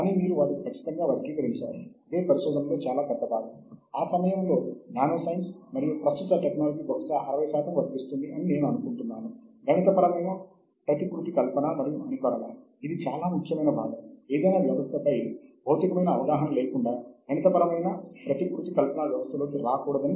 కాబట్టి మీరు ఖచ్చితంగా ఉండాలి మీ గ్రందాలయ అధికారి తో సన్నిహితంగా ఉండండి మరియు మీ గ్రంథాలయము సభ్యత్వం పొందిన పత్రికలు ఏమిటో అన్నింటి గురించి తెలుసుకోండి